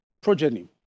progeny